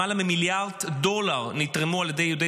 למעלה ממיליארד דולר נתרמו על ידי יהודי